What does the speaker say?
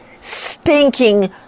stinking